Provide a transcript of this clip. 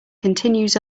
continues